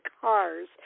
cars